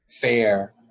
fair